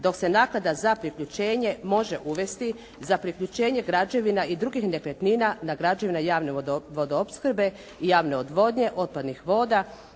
dok se naknada za priključenje može uvesti za priključenje građevina i drugih nekretnina na građevine javne vodoopskrbe i javne odvodnje, otpadnih voda,